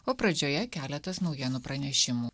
o pradžioje keletas naujienų pranešimų